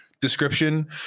description